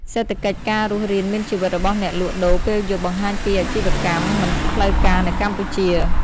សេដ្ឋកិច្ចការរស់រានមានជីវិតរបស់អ្នកលក់ដូរពេលយប់បង្ហាញពីអាជីវកម្មមិនផ្លូវការនៅកម្ពុជា។